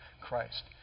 Christ